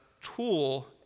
tool